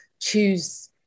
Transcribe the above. choose